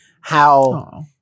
how-